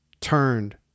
turned